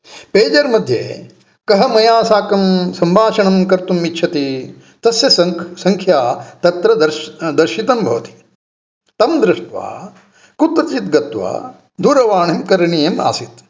pager मध्ये कः मया साकं सम्भाषणं कर्तुमिच्छति तस्य संख्या तत्र दर्श् दर्शितं भवति तं दृष्ट्वा कुत्रचित् गत्वा दूरवाणीं करणीयम् आसीत्